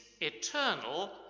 eternal